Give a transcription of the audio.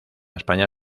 españa